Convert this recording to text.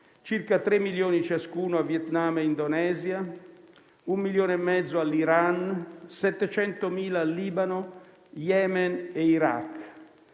circa 3 milioni ciascuno a Vietnam e Indonesia, un milione e mezzo all'Iran, 700.000 dosi a Libano, Yemen e Iraq.